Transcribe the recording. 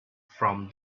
from